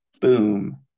Boom